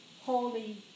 Holy